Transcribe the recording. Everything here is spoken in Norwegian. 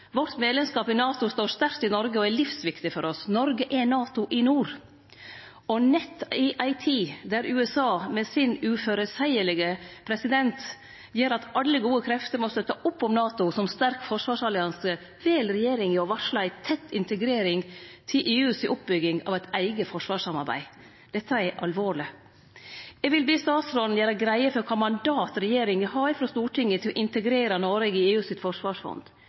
vårt i NATO står sterkt i Noreg og er livsviktig for oss. Noreg er NATO i nord. Og nett i ei tid der USA med sin uføreseielege president gjer at alle gode krefter må støtte opp om NATO som sterk forsvarsallianse, vel regjeringa å varsle ei tett integrering i EUs oppbygging av eit eige forsvarssamarbeid. Dette er alvorleg. Eg vil be statsråden gjere greie for kva mandat regjeringa har frå Stortinget til å integrere Noreg i EUs forsvarsfond. Det held ikkje med nokre setningar i ei orientering om EU-